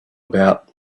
about